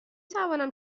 توانم